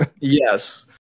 yes